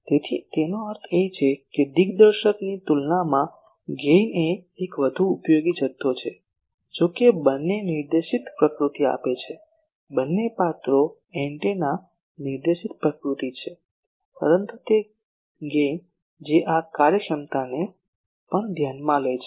તેથી તેનો અર્થ એ છે કે દિગ્દર્શનની તુલનામાં ગેઇન એ એક વધુ ઉપયોગી જથ્થો છે જો કે બંને નિર્દેશિત પ્રકૃતિ આપે છે બંને પાત્રો એન્ટેના નિર્દેશિત પ્રકૃતિ છે પરંતુ તે ગેઇન જે આ કાર્યક્ષમતાને પણ ધ્યાનમાં લે છે